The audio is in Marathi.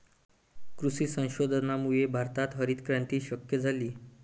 कृषी संशोधनामुळेच भारतात हरितक्रांती शक्य झाली